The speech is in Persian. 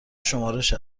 شمارش